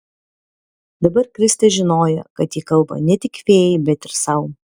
dabar kristė žinojo kad ji kalba ne tik fėjai bet ir sau